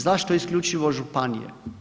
Zašto isključivo županije?